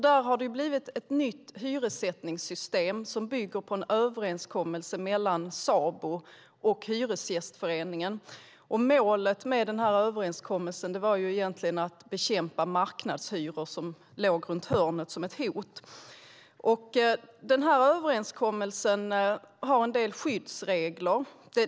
Det har kommit ett nytt hyressättningssystem som bygger på en överenskommelse mellan Sabo och Hyresgästföreningen. Målet med den här överenskommelsen var egentligen att bekämpa marknadshyror som låg som ett hot runt hörnet. Den här överenskommelsen innehåller en del skyddsregler.